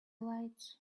lights